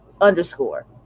underscore